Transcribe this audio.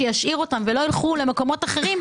זה ישאיר אותם ולא ילכו למקומות אחרים,